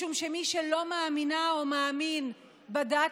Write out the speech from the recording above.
משום שמי שלא מאמינה או לא מאמין בדת